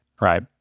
right